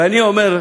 ואני אומר,